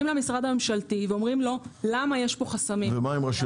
למשרד הממשלתי ושואלים: למה יש פה חסמים?